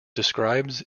describes